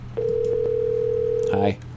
Hi